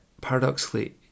paradoxically